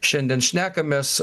šiandien šnekamės